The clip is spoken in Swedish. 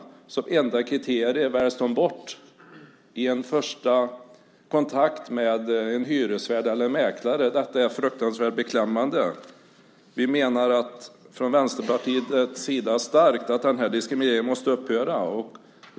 Med det som enda kriterium väljs de bort i en första kontakt med en hyresvärd eller mäklare. Detta är fruktansvärt beklämmande. Vi menar från Vänsterpartiets sida starkt att den här diskrimineringen måste upphöra.